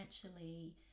financially